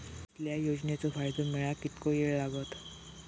कसल्याय योजनेचो फायदो मेळाक कितको वेळ लागत?